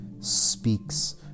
speaks